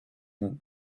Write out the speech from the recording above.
not